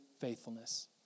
faithfulness